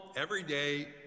everyday